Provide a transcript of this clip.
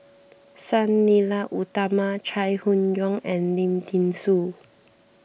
Sang Nila Utama Chai Hon Yoong and Lim thean Soo